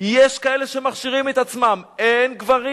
יש כאלה שמכשירים את עצמם, הן גברים